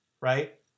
right